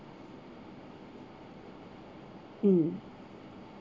mm